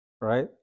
right